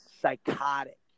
Psychotic